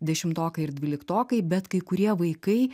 dešimtokai ir dvyliktokai bet kai kurie vaikai